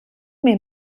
mir